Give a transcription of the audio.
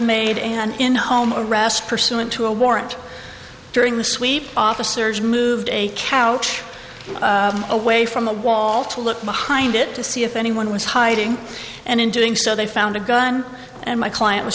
made an in home arrest pursuant to a warrant during the sweep officers moved a couch away from the wall to look behind it to see if anyone was hiding and in doing so they found a gun and my client was